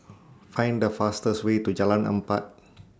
Find The fastest Way to Jalan Empat